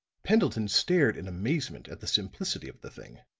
pendleton stared in amazement at the simplicity of the thing.